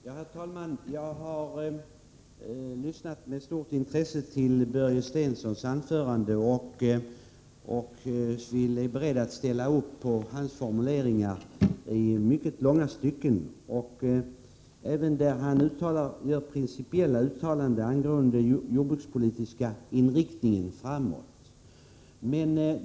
Herr talman! Jag har lyssnat med stort intresse till Börje Stenssons anförande och är beredd att i mycket långa stycken ansluta mig till hans formuleringar — även till hans principiella uttalanden angående den jordbrukspolitiska inriktningen framöver.